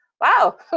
wow